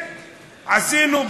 עשינו,